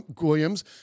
Williams